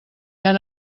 han